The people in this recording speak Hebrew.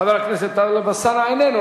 חבר הכנסת טלב אלסאנע, איננו.